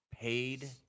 Paid